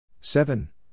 seven